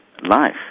life